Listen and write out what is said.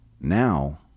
Now